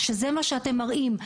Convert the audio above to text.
שזה מה שאתם מראים.